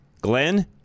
Glenn